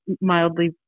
mildly